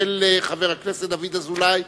של חבר הכנסת דוד אזולאי,